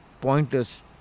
pointless